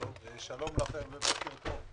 שלום לכם ובוקר טוב.